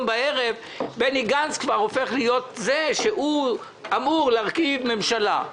בערב בני גנץ כבר הופך להיות זה שאמור להרכיב ממשלה,